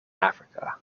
africa